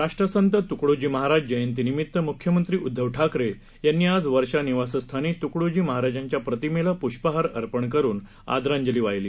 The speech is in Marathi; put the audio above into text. राष्ट्रसंत तुकडोजी महाराज जयंतीनिमित्त मुख्यमंत्री उद्धव ठाकरे यांनी आज वर्षा निवासस्थानी तुकडोजी महाराजांच्या प्रतिमेला प्रष्पहार अर्पण करून आदरांजली वाहिली